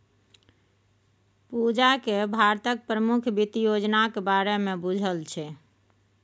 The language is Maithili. पूजाकेँ भारतक प्रमुख वित्त योजनाक बारेमे बुझल छै